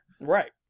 Right